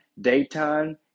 daytime